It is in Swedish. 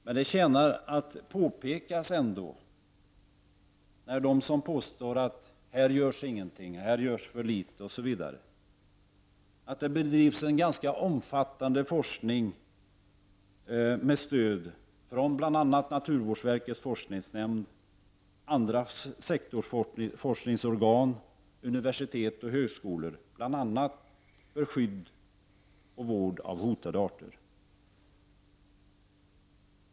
Men det förtjänar att påpekas, för dem som påstår att det ingenting görs, att här görs för litet osv., att det bedrivs en ganska omfattande forskning med stöd från bl.a. naturvårdsverkets forskningsnämnd, andra sektorsforskningsorgan, universitet och högskolor, bl.a. för skydd och vård av hotade arter.